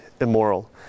immoral